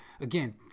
again